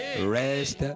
rest